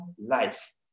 life